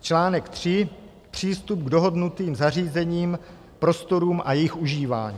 Článek 3 Přístup k dohodnutým zařízením, prostorům a jejich užívání.